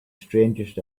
strangest